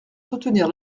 soutenir